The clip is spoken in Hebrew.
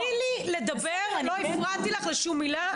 תני לי לדבר, לא הפרעתי לך לשום מילה.